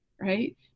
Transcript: right